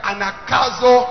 Anakazo